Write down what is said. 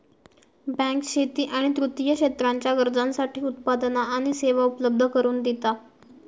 bank शेती आणि तृतीय क्षेत्राच्या गरजांसाठी उत्पादना आणि सेवा उपलब्ध करून दिता